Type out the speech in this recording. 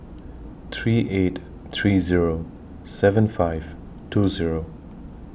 three eight three Zero seven five two Zero